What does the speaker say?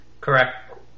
Correct